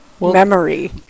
memory